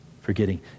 forgetting